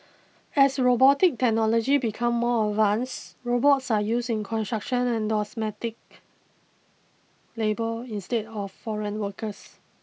as robotic technology becomes more advanced robots are used in construction and domestic labour instead of foreign workers